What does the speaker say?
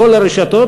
בכל הרשתות,